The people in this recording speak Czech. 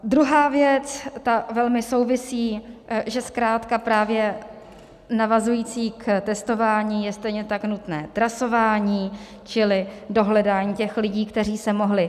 Druhá věc, ta velmi souvisí, že zkrátka právě navazující k testování je stejně tak nutné trasování, čili dohledání těch lidí, kteří se mohli nakazit.